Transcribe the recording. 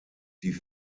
die